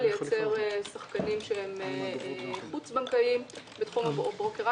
לייצר שחקנים בתחום הברוקראז' שהם חוץ-בנקאיים כדי